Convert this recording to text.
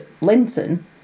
Linton